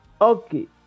Okay